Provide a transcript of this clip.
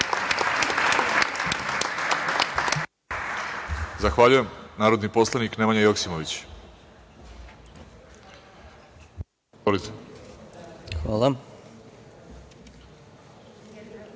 Zahvaljujem. Narodni poslanik Nemanja Joksimović. Izvolite.